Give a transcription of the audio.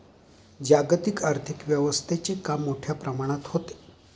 जागतिक आर्थिक व्यवस्थेचे काम खूप मोठ्या प्रमाणात होते